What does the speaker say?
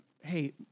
hey